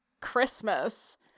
Christmas